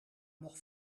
nog